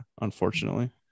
unfortunately